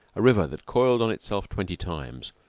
a river that coiled on itself twenty times,